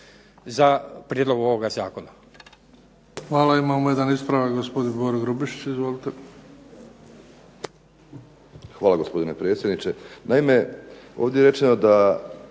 za prijedlog ovoga zakona.